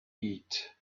eat